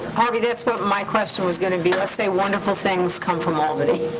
harvey, that's what my question was gonna be. let's say wonderful things come from albany.